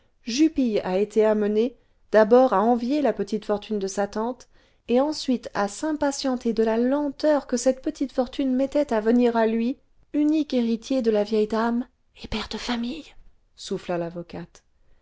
jupille a été amené d'abord à envier la petite fortune de sa tante et ensuite à s'impatienter de la lenteur que cette petite fortune mettait à venir à lui unique héritier de la vieille dame et père de famille